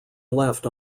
left